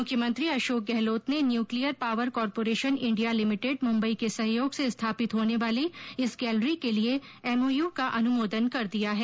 मुख्यमंत्री अशोक गहलोत ने nuclear power corporation India limited Mumbai के सहयोग से स्थापित होने वाली इस गैलरी के लिए एमओयू का अनुमोदन कर दिया है